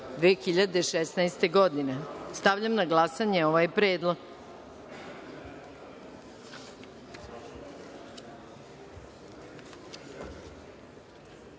2016. godine. Stavljam na glasanje ovaj predlog. Molim